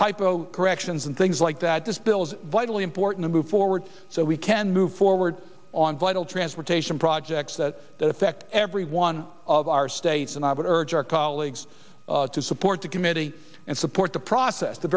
typo corrections and things like that this bill is vitally important to move forward so we can move forward on vital transportation projects that affect every one of our states and i would urge our colleagues to support the committee and support the process the